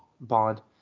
bond